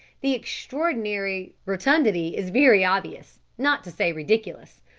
the extraordinary rotundity is very obvious, not to say ridiculous.